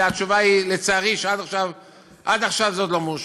והתשובה היא, לצערי, שעד עכשיו זה עוד לא מאושר.